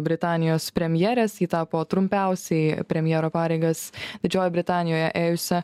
britanijos premjerės ji tapo trumpiausiai premjero pareigas didžiojoj britanijoje ėjusia